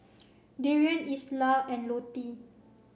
Darien Isla and Lottie